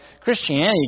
Christianity